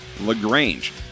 LaGrange